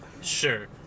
Sure